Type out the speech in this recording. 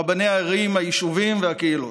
רבני הערים, היישובים והקהילות.